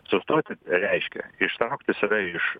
sustoti reiškia ištraukti save iš